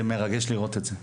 מרגש לראות את זה,